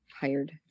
hired